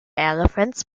elephants